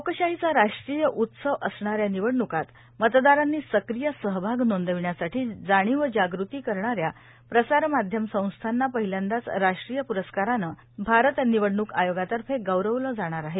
लोकशाहीचा राष्ट्रीय उत्सव असणाऱ्या निवडणुकांत मतदारांनी संक्रिय सहभाग नोंदविण्यासाठी जाणीवजागृती करणाऱ्या प्रसारमाध्यम संस्थांना पहिल्यांदाच राष्ट्रीय प्रस्काराने भारत निवडणूक आयोगातर्फे गौरविले जाणार आहे